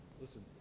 listen